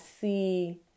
see